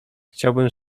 chciałbym